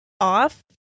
off